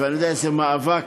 ואני יודע איזה מאבק